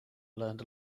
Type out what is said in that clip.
learned